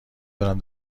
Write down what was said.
دونم